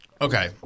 Okay